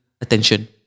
attention